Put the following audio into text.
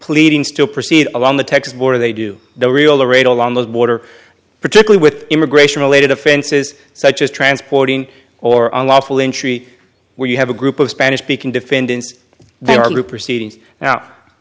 pleadings to proceed along the texas border they do the real arrayed along the border particularly with immigration related offenses such as transporting or unlawful entry where you have a group of spanish speaking defendants there are new proceedings now